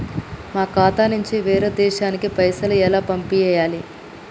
మా ఖాతా నుంచి వేరొక దేశానికి పైసలు ఎలా పంపియ్యాలి?